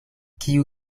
kiu